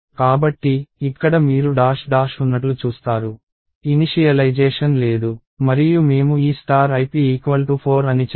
కాబట్టి ఇక్కడ మీరు డాష్ డాష్ ఉన్నట్లు చూస్తారు ఇనిషియలైజేషన్ లేదు మరియు మేము ఈ ip 4 అని చెప్పండి